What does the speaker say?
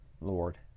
Lord